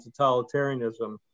totalitarianism